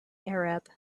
arab